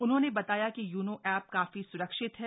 उन्होंने बताया कि यूनो एप काफी सुरक्षित है